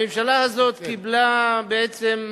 הממשלה הזאת קיבלה מדינה